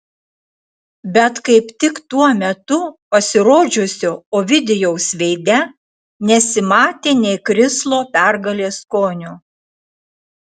bet kaip tik tuo metu pasirodžiusio ovidijaus veide nesimatė nė krislo pergalės skonio